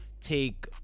take